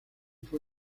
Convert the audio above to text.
fue